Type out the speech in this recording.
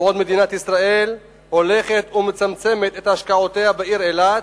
ובעוד מדינת ישראל הולכת ומצמצמת את השקעותיה בעיר אילת,